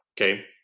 okay